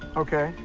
okay.